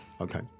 Okay